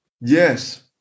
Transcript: Yes